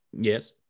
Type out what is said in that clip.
Yes